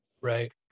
Right